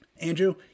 Andrew